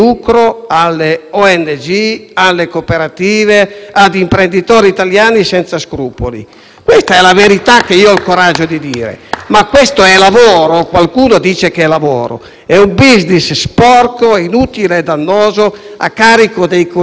Questa è la verità che ho il coraggio di dire. Ma questo è lavoro? Qualcuno dice che lo è. È un *business* sporco, inutile e dannoso a carico dei contribuenti e per gli interessi di pochi e per futuri eventuali voti. Nel